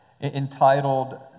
entitled